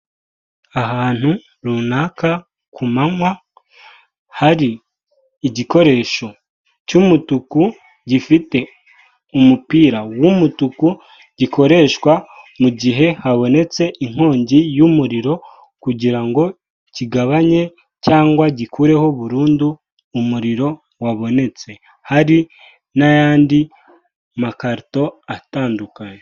Ahantu runaka ku manywa hari igikoresho cy'umutuku gifite umupira w'umutuku gikoreshwa mu gihe habonetse inkongi y'umuriro kugira ngo kigabanye cyangwa gikureho burundu umuriro wabonetse hari n'ayandi makarito atandukanye.